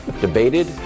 debated